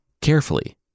Carefully